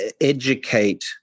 educate